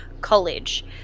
college